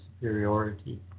superiority